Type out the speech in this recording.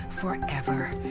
forever